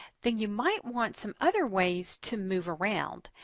then you might want some other ways to move around.